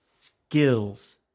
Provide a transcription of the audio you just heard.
skills